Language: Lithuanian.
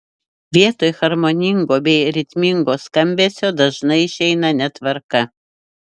vietoj harmoningo bei ritmingo skambesio dažnai išeina netvarka